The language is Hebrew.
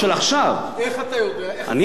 אני יודע, של עכשיו.